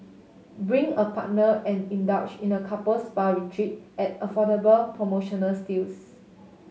bring a partner and indulge in a couple spa retreat at affordable promotional steals